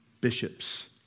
bishops